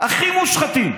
הכי מושחתים.